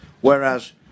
whereas